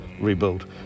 rebuild